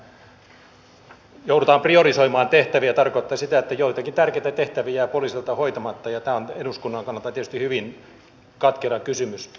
joudutaan priorisoimaan tehtäviä se tarkoittaa sitä että joitakin tärkeitä tehtäviä jää poliisilta hoitamatta ja tämä on eduskunnan kannalta tietysti hyvin katkera kysymys